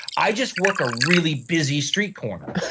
i just work a really busy street corner.